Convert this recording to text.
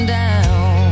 down